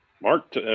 Mark